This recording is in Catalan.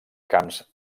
camps